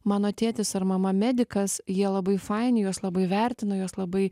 mano tėtis ar mama medikas jie labai faini juos labai vertina juos labai